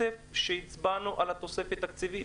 שקלים שהצבענו עליהם כתוספת תקציבית?